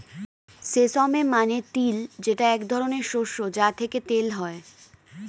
sesame মানে তিল যেটা এক ধরনের শস্য যা থেকে তেল হয়